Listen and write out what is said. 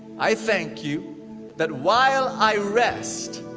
i thank you that while i rest,